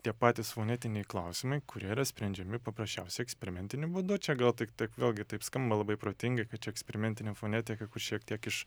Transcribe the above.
tie patys fonetiniai klausimai kurie yra sprendžiami paprasčiausiai eksperimentiniu būdu čia gal tiktai vėlgi taip skamba labai protingai kad čia eksperimentinė fonetika kur šiek tiek iš